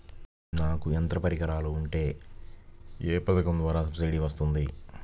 నాకు యంత్ర పరికరాలు ఉంటే ఏ పథకం ద్వారా సబ్సిడీ వస్తుంది?